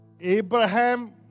Abraham